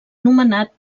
nomenat